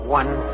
one